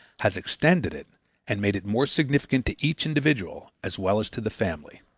has extended it and made it more significant to each individual as well as to the family.